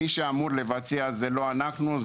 מי שאמור לבצע זה לא אנחנו,